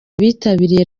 abitabiriye